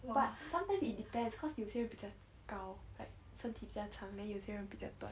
but sometimes it depends cause 有些会比较高 like 身体比较长 then 有些人比较短